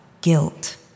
guilt